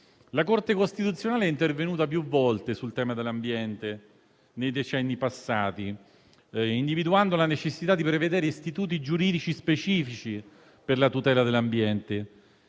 La Corte costituzionale è intervenuta più volte sul tema dell'ambiente nei decenni passati, individuando la necessità di prevedere istituti giuridici specifici per la tutela dell'ambiente.